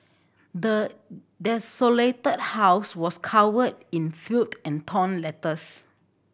the desolated house was covered in filth and torn letters